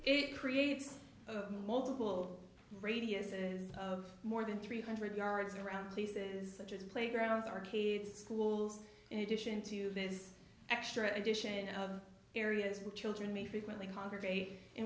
it creates multiple radiuses of more than three hundred yards around places such as playgrounds arcade schools in addition to this extra addition of areas with children may frequently congregate in